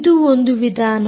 ಇದು ಒಂದು ವಿಧಾನ